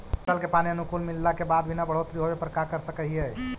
फसल के पानी अनुकुल मिलला के बाद भी न बढ़ोतरी होवे पर का कर सक हिय?